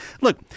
Look